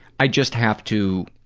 i just have to